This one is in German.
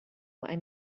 ein